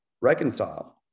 reconcile